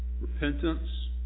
Repentance